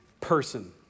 person